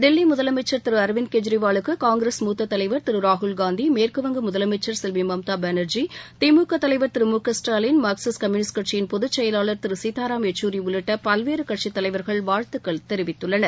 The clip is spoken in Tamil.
தில்லி முதலமைச்சர் திரு அரவிந்த் கெஜ்ரிவாலுக்கு காங்கிரஸ் மூத்த தலைவர் திரு ராகுல் காந்தி மேற்குவங்க முதலமைச்சர் செல்வி மம்தா பானர்ஜி திமுக தலைவர் திரு மு க ஸ்டாலின் மாரக்சிஸ்ட் கம்யூனிஸ்ட் கட்சியின் பொதுச் செயலாளர் திரு சீதாராம் யெச்சூரி உள்ளிட்ட பல்வேறு கட்சித் தலைவர்கள் வாழ்த்துக்கள் தெரிவித்துள்ளனர்